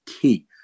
key